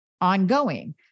ongoing